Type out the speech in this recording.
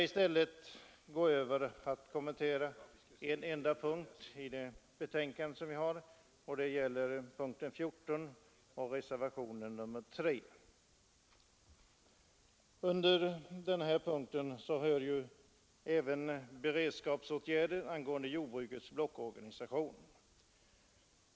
I stället skall jag kommentera en enda punkt i förevarande betänkande, nämligen punkten 14 och reservationen 3. Under den punkten behandlas beredskapsåtgärder för jordbrukets blockorganisation.